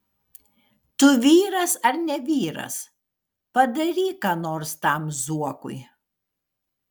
tu vyras ar ne vyras padaryk ką nors tam zuokui